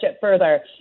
further